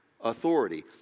authority